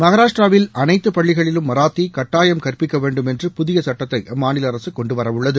மகாராஷ்டிராவில் அனைத்து பள்ளிகளிலும் மராத்தி கட்டாயம் கற்பிக்க வேண்டும் என்று புதிய சட்டத்தை அம்மாநில அரசு கொண்டுவரவுள்ளது